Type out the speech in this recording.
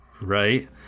Right